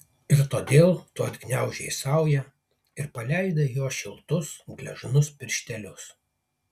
ir todėl tu atgniaužei saują ir paleidai jo šiltus gležnus pirštelius